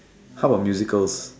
how about musicals